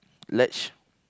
ledge